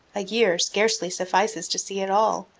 a year scarcely suffices to see it all.